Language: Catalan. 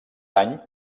any